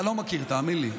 אתה לא מכיר, תאמין לי.